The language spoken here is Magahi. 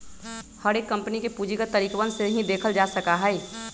हर एक कम्पनी के पूंजीगत तरीकवन से ही देखल जा सका हई